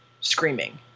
screaming